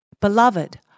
Beloved